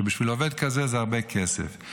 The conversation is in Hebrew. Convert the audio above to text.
שבשביל עובד כזה זה הרבה כסף.